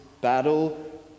battle